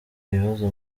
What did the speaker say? ibibazo